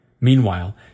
Meanwhile